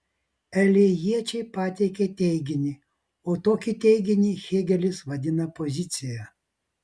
elėjiečiai pateikė teiginį o tokį teiginį hėgelis vadina pozicija